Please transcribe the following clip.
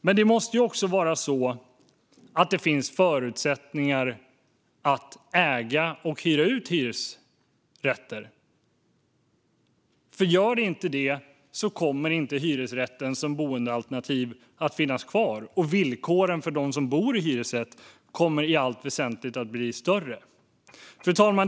Men det måste också finnas förutsättningar för att äga och hyra ut hyresrätter. Gör det inte det kommer hyresrätten som boendealternativ inte att finnas kvar, och villkoren för dem som bor i hyresrätt kommer i allt väsentligt att bli sämre. Fru talman!